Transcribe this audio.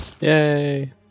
Yay